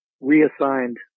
reassigned